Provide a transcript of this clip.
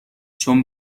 چون